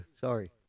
sorry